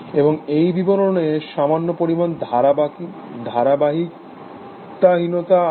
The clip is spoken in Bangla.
এবং এই বিবরণে সামান্য পরিমাণ ধারাবাহিকতাহীনতা আছে